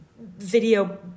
video